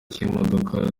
cy’imodoka